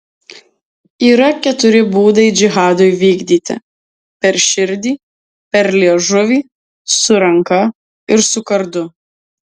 yra keturi būdai džihadui vykdyti per širdį per liežuvį su ranka ir su kardu